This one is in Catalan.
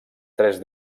tres